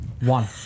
One